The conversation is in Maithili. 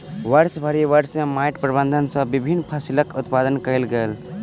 वर्षभरि वर्ष में माइट प्रबंधन सॅ विभिन्न फसिलक उत्पादन कयल गेल